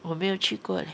我没有去过 leh